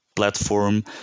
platform